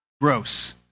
gross